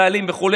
דיילים וכו',